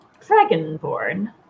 dragonborn